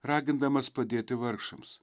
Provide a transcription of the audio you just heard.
ragindamas padėti vargšams